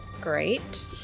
Great